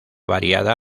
variada